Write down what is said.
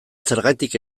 zergatik